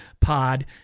pod